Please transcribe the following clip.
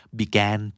began